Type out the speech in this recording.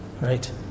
right